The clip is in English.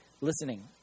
Listening